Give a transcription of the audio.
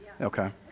Okay